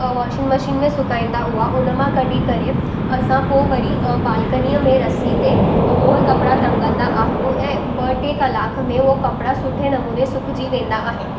washing machine में सुखाईंदा उहा उन मां कढी करे असां पोइ वरी बालकनीअ में रसी ते उहो कपिड़ा टंगंदा आहियूं ऐं ॿ टे कलाक में उहो कपिड़ा सुठे नमूने सुखिजी वेंदा आहिनि